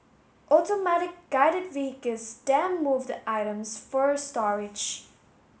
Automatic Guided Vehicles then move the items for storage